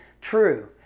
true